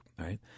Right